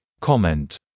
comment